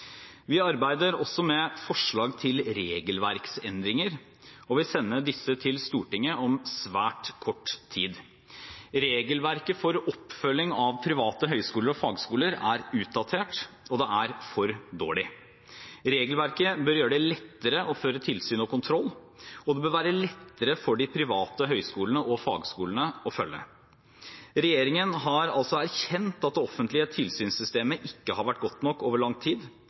Vi arbeider også med forslag til regelverksendringer og vil sende disse til Stortinget om svært kort tid. Regelverket for oppfølging av private høyskoler og fagskoler er utdatert, og det er for dårlig. Regelverket bør gjøre det lettere å føre tilsyn og kontroll, og det bør være lettere for de private høyskolene og fagskolene å følge. Regjeringen har altså erkjent at det offentlige tilsynssystemet ikke har vært godt nok over lang tid,